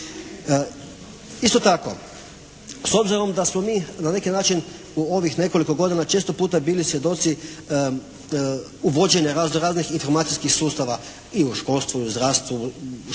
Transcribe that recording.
Isto tako s obzirom da smo mi na neki način u ovih nekoliko godina često puta bili svjedoci uvođenja raznoraznih informacijskih sustava i u školstvu i u zdravstvu, planira